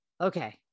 Okay